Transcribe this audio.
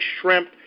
shrimp